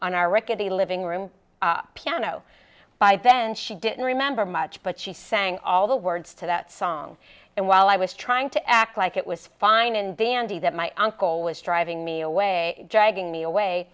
on our rickety living room piano by then she didn't remember much but she sang all the words to that song and while i was trying to act like it was fine and dandy that my uncle was driving me away dragging me away